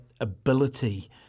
ability